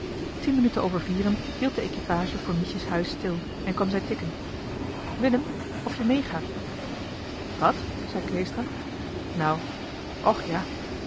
tien minuten over vieren hield de equipage voor miesje's huis stil en kwam zij tikken willem of je meegaat wàt zei kleestra nou och ja